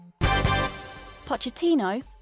Pochettino